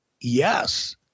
yes –